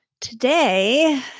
Today